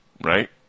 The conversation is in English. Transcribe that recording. right